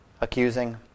accusing